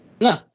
No